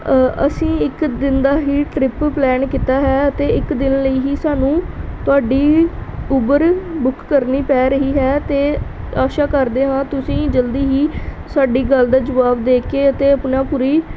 ਅਸੀਂ ਇੱਕ ਦਿਨ ਦਾ ਹੀ ਟਰਿੱਪ ਪਲੈਨ ਕੀਤਾ ਹੈ ਅਤੇ ਇੱਕ ਦਿਨ ਲਈ ਹੀ ਸਾਨੂੰ ਤੁਹਾਡੀ ਉਬਰ ਬੁਕ ਕਰਨੀ ਪੈ ਰਹੀ ਹੈ ਅਤੇ ਆਸ ਕਰਦੇ ਹਾਂ ਤੁਸੀਂ ਜਲਦੀ ਹੀ ਸਾਡੀ ਗੱਲ ਦਾ ਜਵਾਬ ਦੇ ਕੇ ਅਤੇ ਆਪਣਾ ਪੂਰੀ